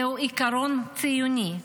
זהו עיקרון ציוני.